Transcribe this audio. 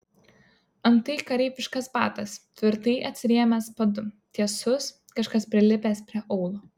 antai kareiviškas batas tvirtai atsirėmęs padu tiesus kažkas prilipęs prie aulo